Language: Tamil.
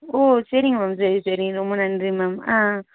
ஓ சரிங்க மேம் சரி சரி ரொம்ப நன்றி மேம் ஆ